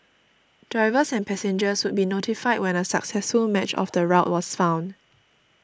drivers and passengers would be notified when a successful match of the route was found